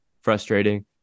frustrating